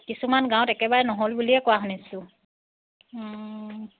কিছুমান গাঁৱত একেবাৰে নহ'ল বুলিয়ে কোৱা শুনিছোঁ